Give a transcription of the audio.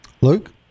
Luke